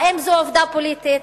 האם זו עובדה פוליטית?